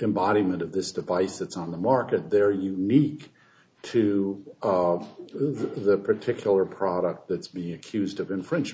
embodiment of this device that's on the market they're unique to the particular product that's being accused of infringement